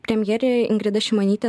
premjerė ingrida šimonytė